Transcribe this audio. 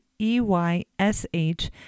EYSH